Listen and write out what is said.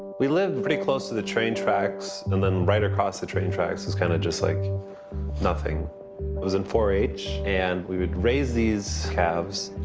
we lived pretty close to the train tracks, and then right across the train tracks is kind of just like nothing. i was in four h, and we would raise these calves,